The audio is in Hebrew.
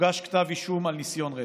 הוגש כתב אישום על ניסיון רצח.